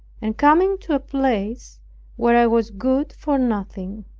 and coming to a place where i was good for nothing.